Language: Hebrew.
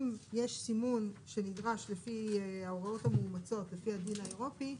אם יש סימון שנדרש לפי ההוראות המאומצות לפי הדין האירופי,